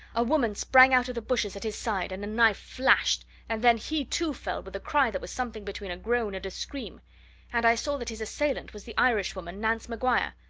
a woman sprang out of the bushes at his side, and a knife flashed, and then he too fell with a cry that was something between a groan and a scream and i saw that his assailant was the irishwoman nance maguire,